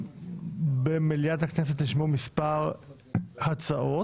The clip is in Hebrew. במליאת הכנסת נשמעו מספר הצעות.